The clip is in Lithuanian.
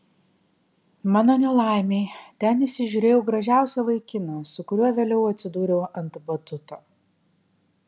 mano nelaimei ten įsižiūrėjau gražiausią vaikiną su kuriuo vėliau atsidūriau ant batuto